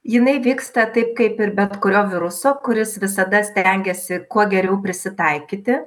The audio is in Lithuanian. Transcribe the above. jinai vyksta taip kaip ir bet kurio viruso kuris visada stengiasi kuo geriau prisitaikyti